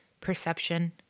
perception